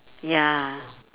ya